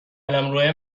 قلمروه